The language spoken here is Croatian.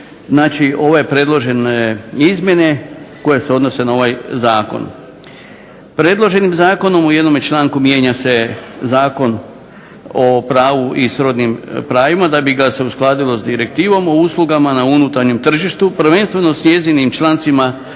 donijeti ove predložene izmjene koje se odnose na ovaj zakon. Predloženim zakonom u jednome članku mijenja se Zakon o pravu i srodnim pravima da bi ga se uskladilo s direktivom o uslugama na unutarnjem tržištu prvenstveno s njezinim člancima 14.